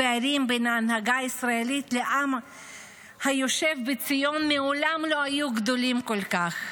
הפערים בין ההנהגה הישראלית לעם היושב בציון מעולם לא היו גדולים כל כך.